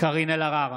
קארין אלהרר,